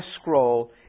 scroll